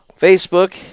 Facebook